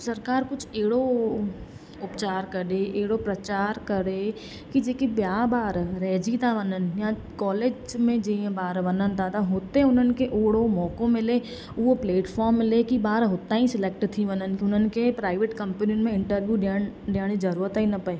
सरकारु कुझु अहिड़ो उपचारु कढे अहिड़ो प्रचारु करे कि जेकी ॿिया ॿार रहिजी था वञनि या कॉलेज में जीअं ॿार वञनि था त हुते हुननि खे ओहिड़ो मौको मिले उहो प्लैटफॉम मिले की ॿार हुता ई सिलैक्ट थी वञनि कि हुननि खे प्राइवेट कंपनियुन में इंटरव्यू ॾियण ॾियण जी ज़रूरत ई न पए